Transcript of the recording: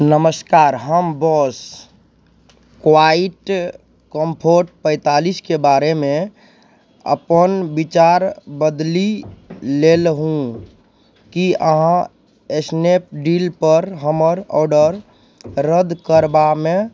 नमस्कार हम boss quite comfort पैँतालिसके बारेमे अपन विचार बदलि लेलहुँ कि अहाँ एस्नैपडीलपर हमर ऑडर रद्द करबामे